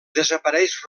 desapareix